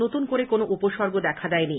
নতুন করে কোনো উপসর্গ দেখা দেয়নি